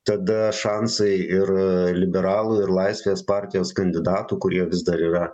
tada šansai ir liberalų ir laisvės partijos kandidatų kurie vis dar yra